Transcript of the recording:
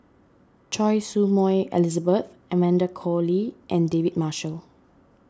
Choy Su Moi Elizabeth Amanda Koe Lee and David Marshall